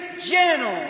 gentle